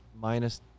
minus